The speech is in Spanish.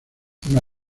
una